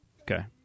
Okay